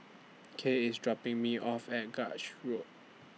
Kay IS dropping Me off At Grange Road